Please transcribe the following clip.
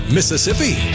Mississippi